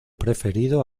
preferido